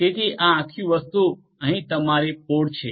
તેથી આ આખી વસ્તુ અહીં તમારી પોડ છે